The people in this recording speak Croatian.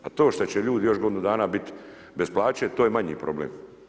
Pa to što će ljudi još godinu dana bit bez plaće to je manji problem.